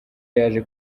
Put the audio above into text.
yaje